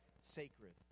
sacred